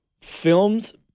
films